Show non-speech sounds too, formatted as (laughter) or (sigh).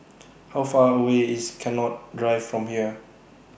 (noise) How Far away IS Connaught Drive from here